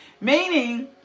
Meaning